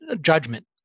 judgment